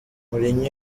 mourinho